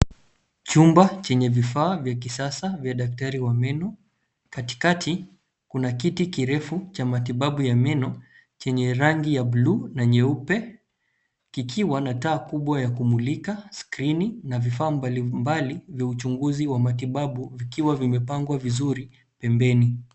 Chumba chenye vifaa vya kisasa vya daktari wa meno. Katikati kuna kiti kirefu cha matibabu ya meno, kikiwa na taa kubwa ya kumulika skrini na vifaa mbalimbali vya uchunguzi wa matibabu vikiwa vimepangwa vizuri pembeni.